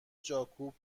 جاکوب